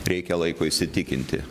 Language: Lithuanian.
reikia laiko įsitikinti